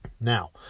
Now